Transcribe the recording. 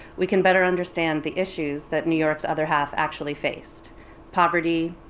we can better understand the issues that new york's other half actually faced poverty,